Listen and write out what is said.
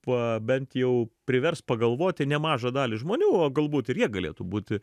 va bent jau privers pagalvoti nemažą dalį žmonių o galbūt ir jie galėtų būti